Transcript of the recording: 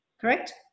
Correct